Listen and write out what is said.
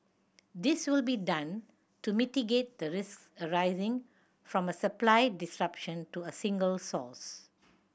this will be done to mitigate the risks arising from a supply disruption to a single source